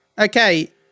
Okay